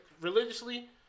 religiously